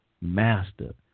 master